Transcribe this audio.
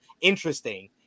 interesting